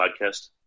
podcast